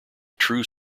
true